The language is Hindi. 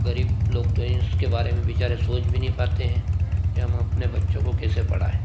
गरीब लोग तो इसके बारे में विचारे सोच भी नहीं पाते हैं की हम अपने बच्चों को कैसे पढ़ाए